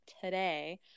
today